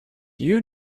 you